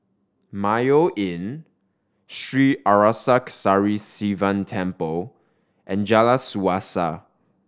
Mayo Inn Sri Arasakesari Sivan Temple and Jalan Suasa